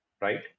right